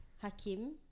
Hakim